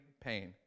pain